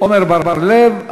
עמר בר-לב.